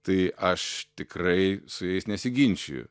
tai aš tikrai su jais nesiginčiju